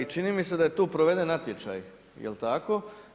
I čini mi se da je tu proveden natječaj, jel tako?